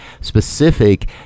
specific